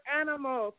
animal